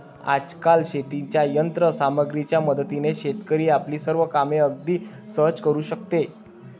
आजकाल शेतीच्या यंत्र सामग्रीच्या मदतीने शेतकरी आपली सर्व कामे अगदी सहज करू शकतो